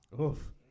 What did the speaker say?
Oof